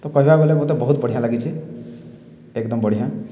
ତ କହିବାକୁ ଗଲେ ମତେ ବହୁତ ବଢ଼ିଆଁ ଲାଗିଛେ ଏକ୍ଦମ୍ ବଢ଼ିଆଁ